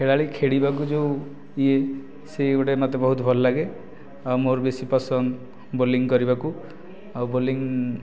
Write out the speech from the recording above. ଖେଳାଳି ଖେଳିବାକୁ ଯେଉଁ ଇୟେ ସେ ଗୁଡା ମୋତେ ବହୁତ୍ ଭଲ ଲାଗେ ଆଉ ମୋର ବେଶୀ ପସନ୍ଦ ବୋଲିଂ କରିବାକୁ ଆଉ ବୋଲିଂ